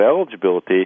eligibility